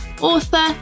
author